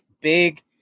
big